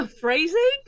Phrasing